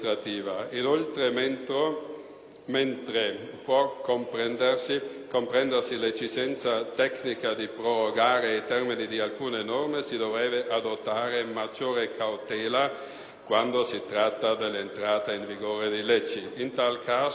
mentre può comprendersi l'esigenza tecnica di prorogare i termini di alcune norme, si dovrebbe adottare maggiore cautela quando si tratta dell'entrata in vigore di leggi: in tal caso il differimento si configura come una